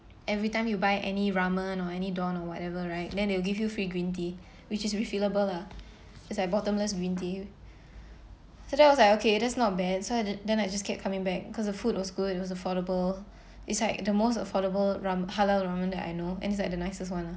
every time you buy any ramen or any don or whatever right then they will give you free green tea which is refillable lah it's like bottomless green tea so then I was like okay that's not bad so I th~ then I just kept coming back because the food was good it was affordable it's like the most affordable ram~ halal ramen that I know and it's like the nicest one lah